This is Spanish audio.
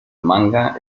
manga